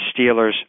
Steelers